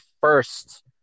first